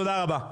תודה רבה.